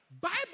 Bible